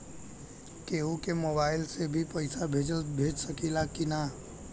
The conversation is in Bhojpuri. केहू के मोवाईल से भी पैसा भेज सकीला की ना?